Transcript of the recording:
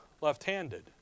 left-handed